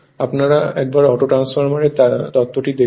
আপনারা একবার অটো ট্রান্সফরমারের তত্ত্বটি দেখুন